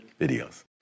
videos